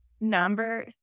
Number